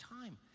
time